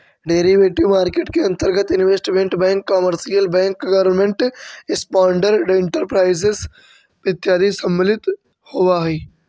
derivative market के अंतर्गत investment bank commercial bank government sponsored enterprises इत्यादि सम्मिलित होवऽ हइ